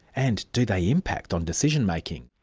and do they impact on decision-making?